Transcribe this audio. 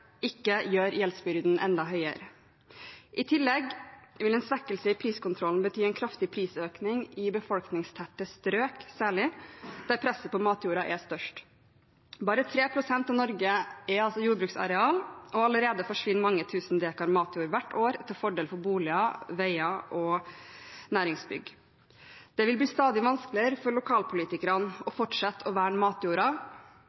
ikke gjøre gjeldsbyrden enda høyere. I tillegg vil en svekkelse av priskontrollen særlig bety en kraftig prisøkning i befolkningstette strøk, der presset på matjorda er størst. Bare 3 pst. av Norge er jordbruksareal, og allerede forsvinner mange tusen dekar matjord hvert år til fordel for boliger, veier og næringsbygg. Det vil bli stadig vanskeligere for lokalpolitikere å fortsette å verne matjorda dersom interessen for å dyrke jorda